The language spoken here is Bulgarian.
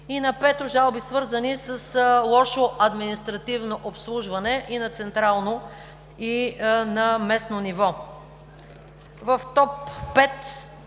пето място жалби, свързани с лошо административно обслужване – и на централно, и на местно ниво.